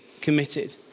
committed